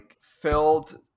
filled